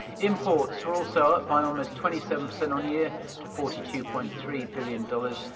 imports were also up by almost twenty seven percent on-year to forty two point three billion dollars.